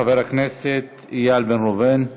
חבר הכנסת איל בן ראובן,